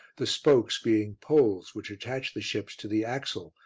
the spokes being poles which attach the ships to the axle,